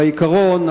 בעיקרון,